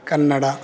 Kannada